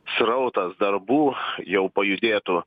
srautas darbų jau pajudėtų